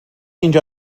اینجا